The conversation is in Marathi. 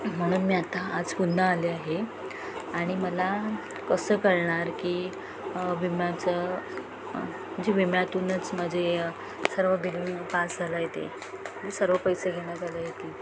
म्हणून मी आता आज पुन्हा आले आहे आणि मला कसं कळणार की विम्याचं म्हणजे विम्यातूनच माझे सर्व बिलींग पास झालं आहे ते सर्व पैसे घेण्यात आलं आहे ते